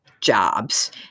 jobs